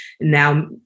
Now